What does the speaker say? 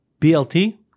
BLT